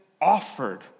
offered